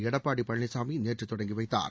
எடப்பாடி பழனிச்சாமி நேற்று தொடங்கி வைத்தார்